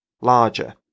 larger